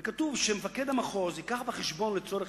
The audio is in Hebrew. וכתוב: מפקד המחוז ייקח בחשבון לצורך